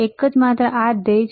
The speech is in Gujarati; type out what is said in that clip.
એ જ એકમાત્ર ધ્યેય છે